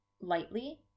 lightly